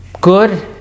good